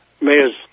Mayor's